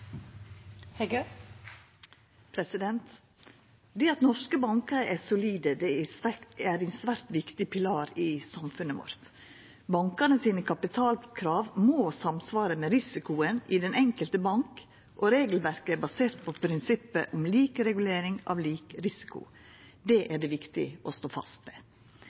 solide, er ein svært viktig pilar i samfunnet vårt. Bankane sine kapitalkrav må samsvara med risikoen i den enkelte bank, og regelverket er basert på prinsippet om lik regulering av lik risiko. Det er det viktig å stå fast ved.